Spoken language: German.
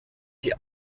die